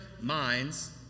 minds